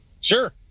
Sure